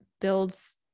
builds